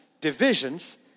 divisions